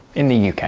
in the yeah uk.